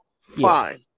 Fine